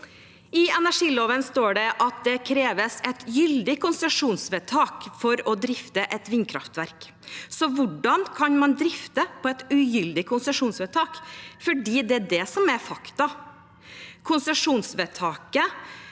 I energiloven står det at det kreves et gyldig konsesjonsvedtak for å drifte et vindkraftverk. Så hvordan kan man drifte på et ugyldig konsesjonsvedtak? Det er jo det som er faktum. Konsesjonsvedtaket